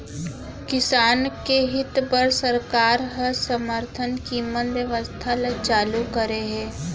किसान के हित बर सरकार ह समरथन कीमत बेवस्था ल चालू करे हे